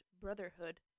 Brotherhood